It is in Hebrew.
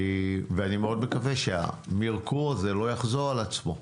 אני מאוד מקווה שהמרקור הזה לא יחזור על עצמו.